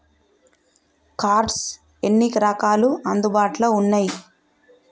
Cards ఎన్ని రకాలు అందుబాటులో ఉన్నయి?